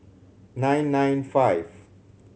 nine nine five